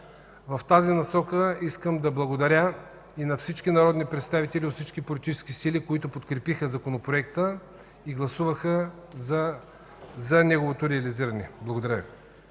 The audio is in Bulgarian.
В тази насока искам да благодаря на всички народни представители от всички политически сили, които подкрепиха Законопроекта и гласуваха за неговото реализиране. Благодаря